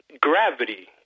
gravity